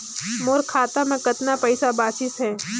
मोर खाता मे कतना पइसा बाचिस हे?